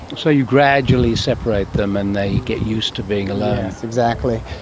so you gradually separate them and they get used to being alone. yes, exactly.